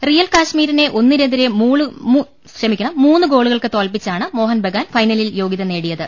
real കശ്മീ രിനെ ഒന്നിനെതിരേ മൂന്ന് ഗോളുകൾക്ക് തോൽപ്പിച്ചാണ് മോഹൻബഗാൻ ഫൈനലിൽ യോഗൃത നേടിയത്